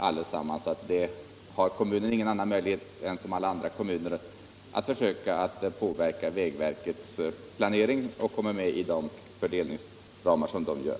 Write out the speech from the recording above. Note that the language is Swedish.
På den punkten har kommunerna ingen annan möjlighet än att som alla andra försöka påverka vägverkets planering och komma med inom dess fördelningsramar.